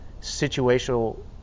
situational